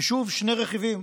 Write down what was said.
ושוב שני רכיבים: